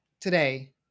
Today